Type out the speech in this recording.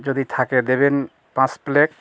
যদি থাকে দেবেন পাঁচ প্লেট